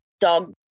dog